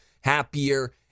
happier